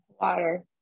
Water